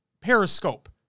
Periscope